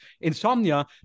insomnia